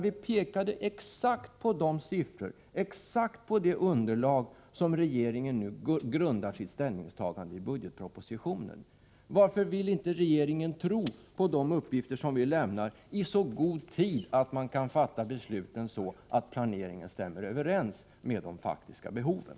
Vi pekade exakt på de siffror, exakt på det underlag som regeringen nu grundar sitt ställningstagande i budgetpropositionen på. Varför vill inte regeringen tro på de uppgifter, som vi lämnar, i så god tid att besluten kan fattas så att planeringen stämmer överens med de faktiska behoven?